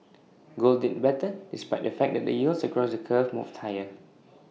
gold did better despite the fact that the yields across the curve moved higher